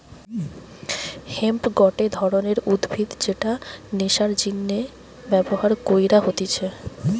hemp গটে ধরণের উদ্ভিদ যেটা নেশার জিনে ব্যবহার কইরা হতিছে